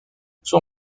son